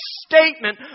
statement